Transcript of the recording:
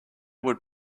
would